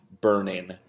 burning